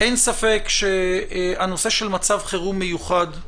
אין ספק שהנושא של מצב חירום מיוחד,